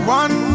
one